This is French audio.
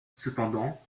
cependant